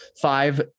Five